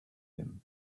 him